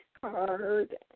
card